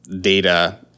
data